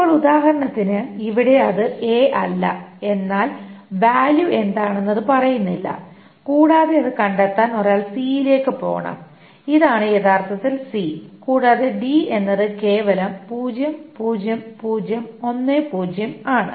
ഇപ്പോൾ ഉദാഹരണത്തിന് ഇവിടെ അത് എ അല്ല എന്നാൽ വാല്യൂ എന്താണെന്ന് അത് പറയുന്നില്ല കൂടാതെ അത് കണ്ടെത്താൻ ഒരാൾ സിയിലേക്ക് പോകണം ഇതാണ് യഥാർത്ഥത്തിൽ സി കൂടാതെ ഡി എന്നത് കേവലം 00010 ആണ്